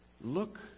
look